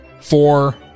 four